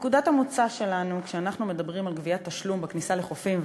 נקודת המוצא שלנו כשאנחנו מדברים על גביית תשלום בכניסה לחופים,